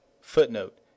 footnote